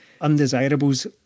undesirables